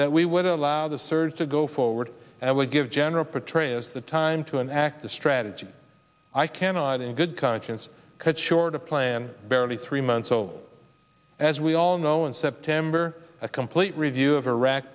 that we would allow the surge to go forward and i would give general petraeus the time to an active strategy i cannot in good conscience cut short a plan barely three months old as we all know in september a complete review of iraq